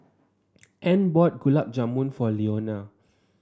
Ann bought Gulab Jamun for Leonia